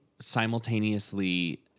simultaneously